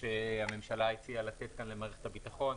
שהממשלה הציעה לתת כאן למערכת הביטחון.